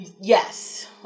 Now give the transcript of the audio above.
Yes